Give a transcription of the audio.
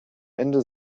ende